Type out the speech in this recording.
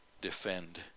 defend